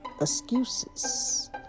Excuses